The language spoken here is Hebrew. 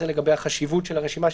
זה לגבי החשיבות של הרשימה,